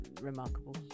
remarkable